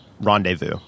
rendezvous